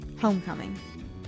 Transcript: Homecoming